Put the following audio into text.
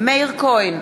מאיר כהן,